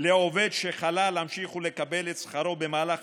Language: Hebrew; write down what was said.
לעובד שחלה להמשיך ולקבל את שכרו במהלך